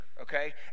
Okay